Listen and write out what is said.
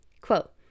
Quote